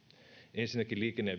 ensinnäkin liikenne